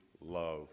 love